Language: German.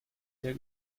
der